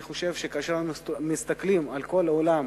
אני חושב שכאשר אנחנו מסתכלים על כל העולם,